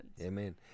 amen